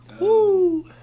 Woo